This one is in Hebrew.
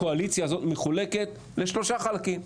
הקואליציה הזאת מחולקת לשלושה חלקים,